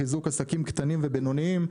חיזוק עסקים קטנים ובינוניים,